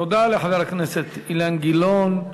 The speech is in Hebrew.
תודה לחבר הכנסת אילן גילאון.